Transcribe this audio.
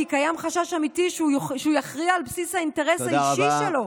כי קיים חשש אמיתי שהוא יכריע על בסיס האינטרס האישי שלו,